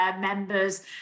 members